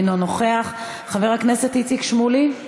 אינו נוכח, חבר הכנסת איציק שמולי,